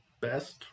best